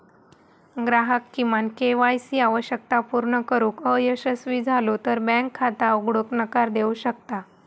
ग्राहक किमान K Y C आवश्यकता पूर्ण करुक अयशस्वी झालो तर बँक खाता उघडूक नकार देऊ शकता